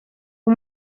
uba